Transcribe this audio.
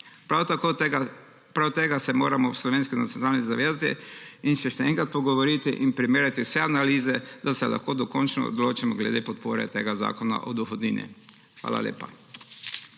Prav tega se moramo v Slovenski nacionalni stranki zavedati in se še enkrat pogovoriti in primerjati vse analize, da se lahko dokončno odločimo glede podpore tega zakona o dohodnini. Hvala lepa.